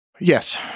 Yes